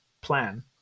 plan